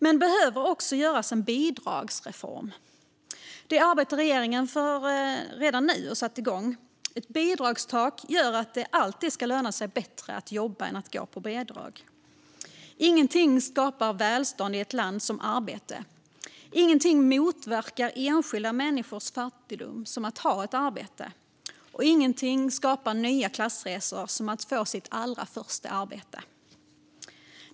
Men det behövs också en bidragsreform. Det är ett arbete som regeringen redan nu har satt igång. Ett bidragstak gör att det alltid ska löna sig bättre att jobba än att gå på bidrag. Ingenting skapar välstånd i ett land som arbete, ingenting motverkar enskilda människors fattigdom som att ha ett arbete och ingenting skapar nya klassresor som att få sitt allra första arbete.